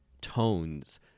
tones